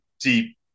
deep